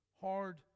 hard